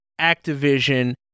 Activision